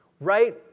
right